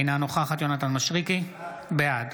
אינה נוכחת יונתן מישרקי, בעד